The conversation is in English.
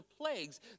plagues